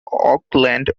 auckland